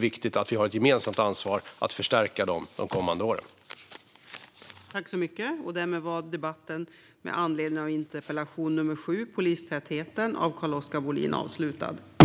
Vårt gemensamma ansvar att förstärka dem de kommande åren är därför viktigt.